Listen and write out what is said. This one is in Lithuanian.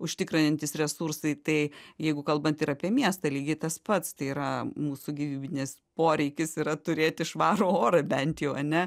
užtikrinantys resursai tai jeigu kalbant ir apie miestą lygiai tas pats tai yra mūsų gyvybinis poreikis yra turėti švarų orą bent jau ane